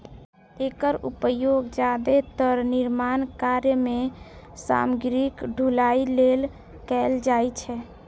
एकर उपयोग जादेतर निर्माण कार्य मे सामग्रीक ढुलाइ लेल कैल जाइ छै